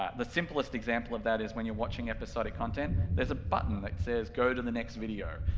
ah the simplest example of that is when you're watching episodic content, there's a button that says go to the next video.